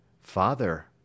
Father